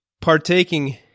partaking